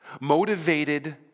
Motivated